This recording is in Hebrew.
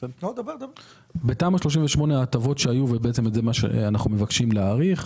בתמ"א 38 היו הטבות שאותן אנחנו מבקשים להאריך.